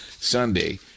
Sunday